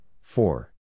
four